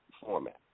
format